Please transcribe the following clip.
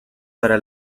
para